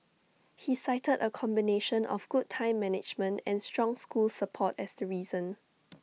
he cited A combination of good time management and strong school support as the reason